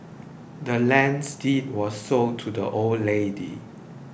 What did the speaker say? the land's deed was sold to the old lady